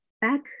Back